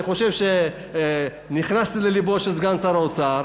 אני חושב שנכנסתי ללבו של סגן שר האוצר,